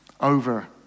over